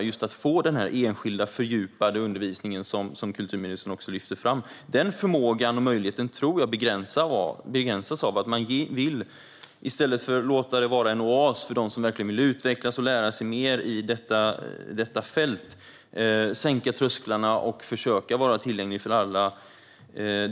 Möjligheten att få enskild, fördjupad undervisning, som kulturministern lyfter fram, tror jag begränsas av att man i stället för att låta detta vara en oas för dem som vill utvecklas och lära sig mer inom detta fält vill sänka trösklarna och försöka att vara tillgänglig för alla.